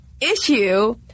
issue